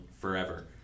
forever